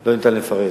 לא ניתן לפרט.